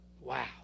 Wow